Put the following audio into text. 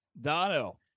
Dono